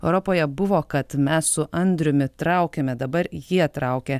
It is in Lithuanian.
europoje buvo kad mes su andriumi traukėme dabar jie traukia